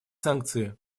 санкции